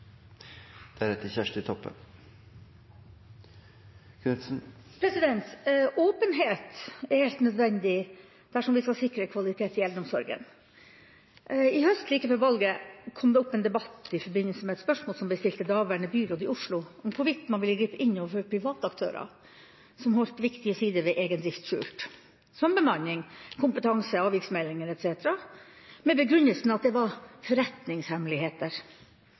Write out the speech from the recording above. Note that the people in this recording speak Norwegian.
Åpenhet er helt nødvendig dersom vi skal sikre kvalitet i eldreomsorgen. Like før valget i høst kom det opp en debatt i forbindelse med et spørsmål som ble stilt til daværende byråd i Oslo om hvorvidt man ville gripe inn overfor private aktører som holdt viktige sider ved egen drift skjult, som bemanning, kompetanse og avviksmeldinger etc., med begrunnelsen at det var forretningshemmeligheter.